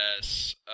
yes